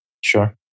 Sure